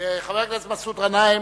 חבר הכנסת מסעוד גנאים.